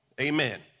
Amen